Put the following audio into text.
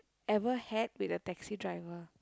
ever had with a taxi driver